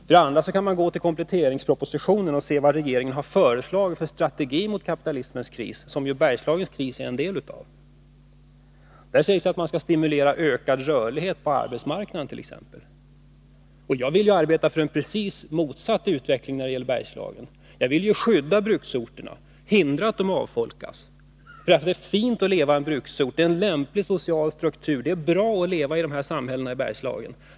För det andra kan man gå till kompletteringspropositionen och se vad regeringen har föreslagit för strategi mot kapitalismens kris, som Bergslagens kris ju är en del av. Där sägs t.ex. att man skall stimulera ökad rörlighet på arbetsmarknaden. Jag vill arbeta för precis motsatt utveckling när det gäller Bergslagen. Jag vill skydda bruksorterna och hindra att de avfolkas. Det är fint att leva i en bruksort, det är en lämplig social struktur. Det är bra att leva i dessa samhällen i Bergslagen.